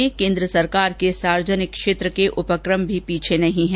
इस कार्य में केन्द्र सरकार के सार्वजनिक क्षेत्र के उपक्रम भी पीछे नहीं हैं